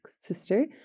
sister